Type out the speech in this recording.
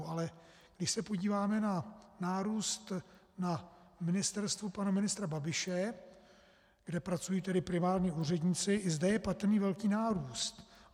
Ale když se podíváme na nárůst na ministerstvu pana ministra Babiše, kde pracují tedy primárně úředníci, i zde je patrný velký nárůst.